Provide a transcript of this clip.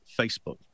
Facebook